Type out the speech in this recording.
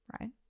right